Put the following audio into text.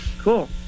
cool